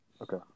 Okay